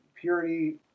Purity